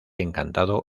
encantado